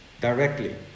directly